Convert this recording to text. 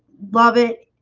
love it